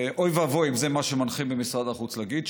ואוי ואבוי אם זה מה שמנחים במשרד החוץ להגיד,